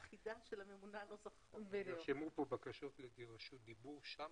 נרשמו בקשות לרשות דיבור במליאה?